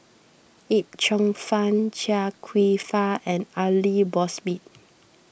Yip Cheong Fun Chia Kwek Fah and Aidli Mosbit